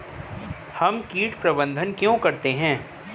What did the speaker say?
हम कीट प्रबंधन क्यों करते हैं?